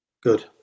good